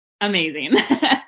amazing